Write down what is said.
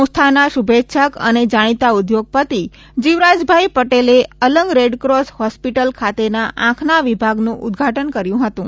સંસ્થાના શુભેચ્છક અને જાણીતા ઉદ્યોગપતિ જીવરાજભાઈ પટેલના હસ્તે અલંગ રેડક્રોસ હોસ્પિટલ ખાતેના આંખના વિભાગનું ઉદ્દઘાટન કર્યું હતું